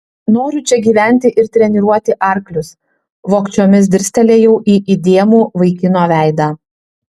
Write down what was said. noriu čia gyventi ir treniruoti arklius vogčiomis dirstelėjau į įdėmų vaikino veidą